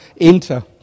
enter